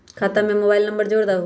खाता में mobile number जोड़ दहु?